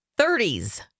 30s